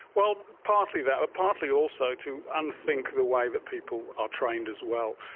well, partly that, but partly also to un-think the way that people are trained as well.